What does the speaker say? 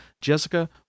Jessica